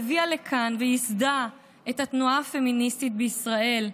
הביאה לכאן וייסדה את התנועה הפמיניסטית בישראל,